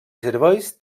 serveis